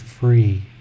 Free